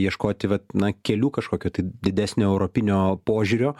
ieškoti vat na kelių kažkokio tai didesnio europinio požiūrio